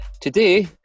Today